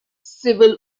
civil